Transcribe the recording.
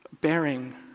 Bearing